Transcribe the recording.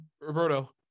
Roberto